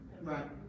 Right